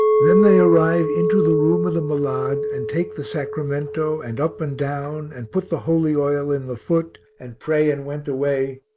then they arrive into the room of the malade and take the sacramento and up and down and put the holy oil in the foot and pray and went away,